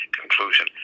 conclusion